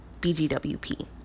BGWP